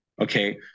okay